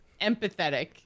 Empathetic